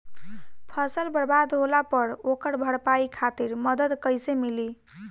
फसल बर्बाद होला पर ओकर भरपाई खातिर मदद कइसे मिली?